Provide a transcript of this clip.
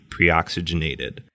preoxygenated